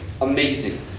amazing